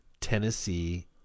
Tennessee